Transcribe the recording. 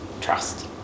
trust